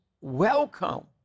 welcome